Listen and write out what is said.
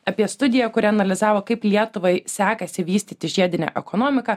apie studiją kuri analizavo kaip lietuvai sekasi vystyti žiedinę ekonomiką